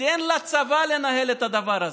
תן לצבא לנהל את הדבר הזה.